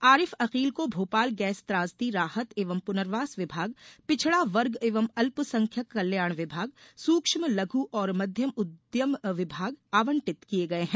आरिफ अकील को भोपाल गैस त्रासदी राहत एवं पुनर्वास विभाग पिछड़ा वर्ग एवं अल्पसंख्यक कल्याण विभाग सूक्ष्म लघु और मध्यम उद्यम विभाग आवंटित किये गये है